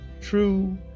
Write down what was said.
True